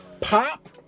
pop